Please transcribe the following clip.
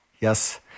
Yes